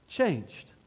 changed